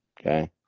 okay